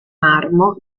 marmo